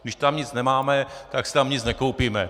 Když tam nic nemáme, tak si tam nic nekoupíme.